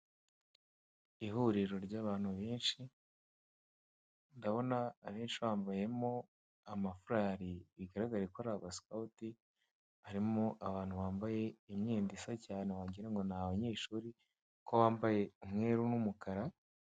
Ihuriro ry'abantu benshi, ndabona abenshi bambayemo ama furari bigaragare ko ari aba sikawuti. Harimo abantu bambaye imyenda isa cyane wagirango n'abanyeshuri, kuko bambaye umweru n'umukara.